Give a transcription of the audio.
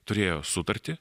turėjo sutartį